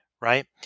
right